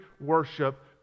worship